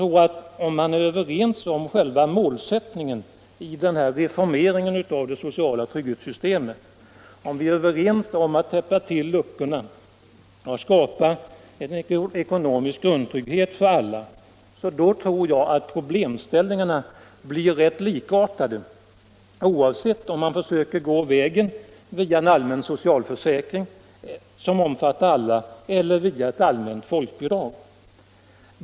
Om vi är överens om själva målsättningen i denna reformering av det sociala trygghetssystemet, om vi är överens om att täppa till luckorna och skapa ekonomisk grundtrygghet för alla, tror jag att problemställningarna blir rätt likartade oavsett om vi försöker gå vägen via en allmän socialförsäkring som omfattar alla eller via ett allmänt folkbidrag.